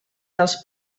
dels